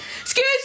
Excuse